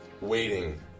waiting